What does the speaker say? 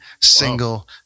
single